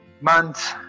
months